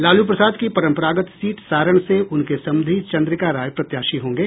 लालू प्रसाद की परम्परागत सीट सारण से उनके समधी चन्द्रिका राय प्रत्याशी होंगे